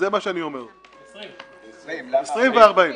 20 ו-40.